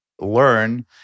learn